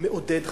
מעודד חזירות.